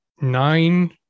nine